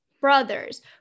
Brothers